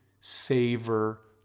savor